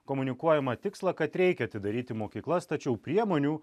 komunikuojamą tikslą kad reikia atidaryti mokyklas tačiau priemonių